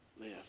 live